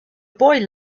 boy